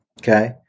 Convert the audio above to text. Okay